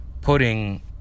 putting